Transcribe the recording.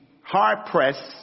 hard-pressed